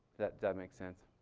that that makes sense?